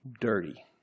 dirty